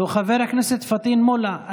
חבר הכנסת פטין מולא,